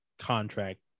contract